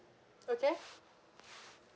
okay